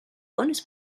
bonus